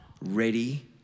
ready